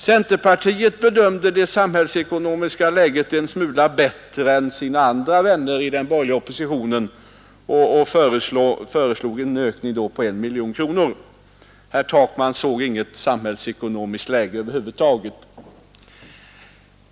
Centerpartiet bedömde det sam hällsekonomiska läget som en smula bättre än deras vänner i den borgerliga oppositionen gjorde och föreslog en ökning med 1 miljon kronor. Herr Takman såg inget samhällsekonomiskt läge över huvud taget.